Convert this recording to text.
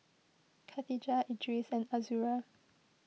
Khatijah Idris and Azura